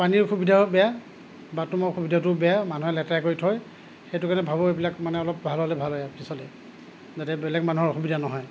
পানীৰ সুবিধাও বেয়া বাথৰূমৰ সুবিধাটোও বেয়া মানুহে লেতেৰা কৰি থয় সেইটো কাৰণে ভাবোঁ এইবিলাক মানে অলপ ভাল হ'লে ভাল হয় আৰু পিছলৈ যাতে বেলেগ মানুহৰ অসুবিধা নহয়